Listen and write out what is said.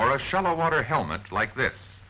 or a shallow water helmet like this